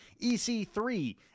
EC3